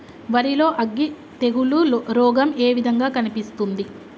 వరి లో అగ్గి తెగులు రోగం ఏ విధంగా కనిపిస్తుంది?